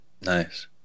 nice